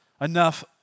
enough